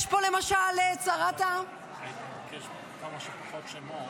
יש פה למשל את שרת ------ כמה שפחות שמות.